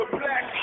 black